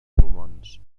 pulmons